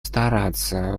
стараться